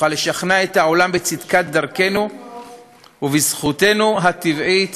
נוכל לשכנע את העולם בצדקת דרכנו ובזכותנו הטבעית